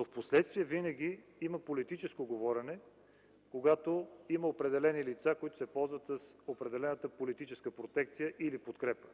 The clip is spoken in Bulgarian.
е. Впоследствие винаги има политическо говорено, когато има определени лица, които се ползват с определената политическа протекция или подкрепа.